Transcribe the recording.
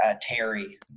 Terry